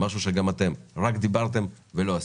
משהו שאתם רק דיברתם ולא עשיתם.